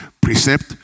Precept